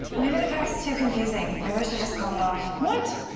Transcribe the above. maybe the pact's too confusing. maybe i should just call it off. what?